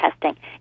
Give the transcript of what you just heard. testing